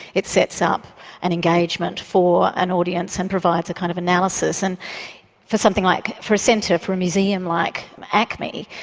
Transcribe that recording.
it sets up an engagement for an audience and provides a kind of analysis. and for something like for a centre, for a museum like acmi,